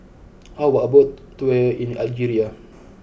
how about a boat tour in Algeria